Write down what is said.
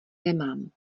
nemám